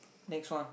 next one